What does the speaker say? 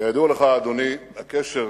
כידוע לך, אדוני, הקשר